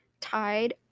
tied